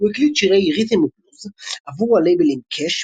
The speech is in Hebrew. הוא הקליט שירי רית'ם ובלוז עבור הלייבלים קאש,